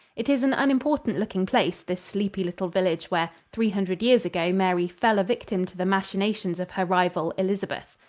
it is an unimportant looking place, this sleepy little village where three hundred years ago mary fell a victim to the machinations of her rival, elizabeth.